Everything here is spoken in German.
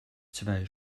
zwei